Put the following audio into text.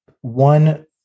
one